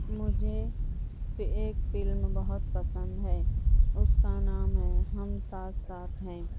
مجھے ایک فلم بہت پسند ہے اس کا نام ہے ہم ساتھ ساتھ ہیں